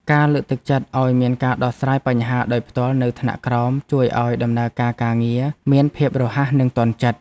ការលើកទឹកចិត្តឱ្យមានការដោះស្រាយបញ្ហាដោយផ្ទាល់នៅថ្នាក់ក្រោមជួយឱ្យដំណើរការការងារមានភាពរហ័សនិងទាន់ចិត្ត។